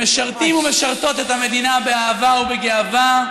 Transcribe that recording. שמשרתים ומשרתות את המדינה באהבה ובגאווה,